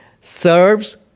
Serves